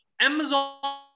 Amazon